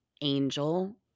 angel